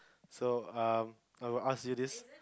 so um I'll ask you this